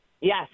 Yes